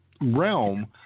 realm